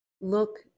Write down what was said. Look